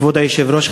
כבוד היושב-ראש,